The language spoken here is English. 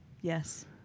yes